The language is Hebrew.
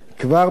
אבל יש התקדמות.